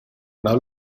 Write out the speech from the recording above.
now